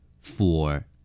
Four